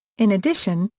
in addition,